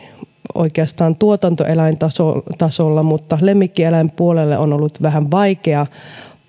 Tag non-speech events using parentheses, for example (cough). tuotantoeläintasolla (unintelligible) mutta lemmikkieläinpuolelle on ollut vähän vaikea